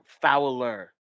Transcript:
Fowler